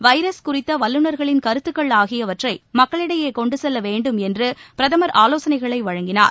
virus குறித்த வல்லுனா்களின் கருத்துகள் ஆகியவற்றை மக்களிடையே கொண்டு செல்ல வேண்டும் என்று பிரதமர் ஆலோசனைகளை வழங்கினார்